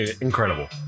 incredible